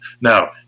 Now